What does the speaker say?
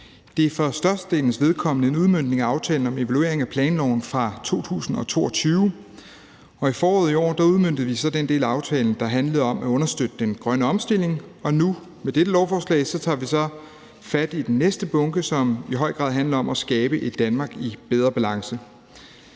Det er for størstedelens vedkommende en udmøntning af aftalen om evaluering af planloven fra 2022. I foråret i år udmøntede vi så den del af aftalen, der handlede om at understøtte den grønne omstilling, og nu med dette lovforslag tager vi så fat i den næste bunke, som i høj grad handler om at skabe et Danmark i bedre balance.